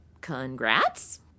congrats